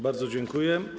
Bardzo dziękuję.